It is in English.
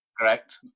Correct